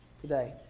Today